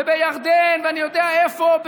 ובירדן ואני יודע איפה,